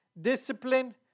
Discipline